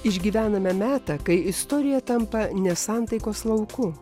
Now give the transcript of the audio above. išgyvename metą kai istorija tampa nesantaikos lauku